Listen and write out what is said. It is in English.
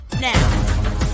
now